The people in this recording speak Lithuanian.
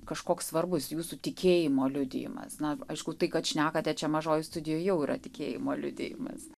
kažkoks svarbus jūsų tikėjimo liudijimas na aišku tai kad šnekate čia mažojoj studijoj jau yra tikėjimo liudijimas